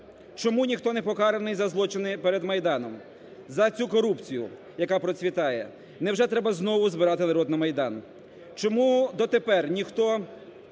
чому ніхто не покараний за злочини перед Майданом, за цю корупцію, яка процвітає. Невже треба знову збирати народ на Майдан? Чому дотепер ніхто